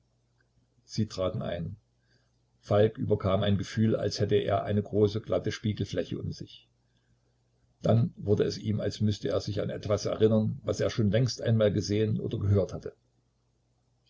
sie traten ein falk überkam ein gefühl als hätte er eine große glatte spiegelfläche um sich dann wurde es ihm als müßte er sich an etwas erinnern was er schon längst einmal gesehen oder gehört hatte